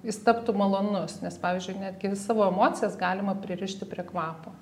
jis taptų malonus nes pavyzdžiui netgi savo emocijas galima pririšti prie kvapo